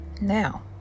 Now